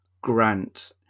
grant